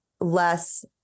less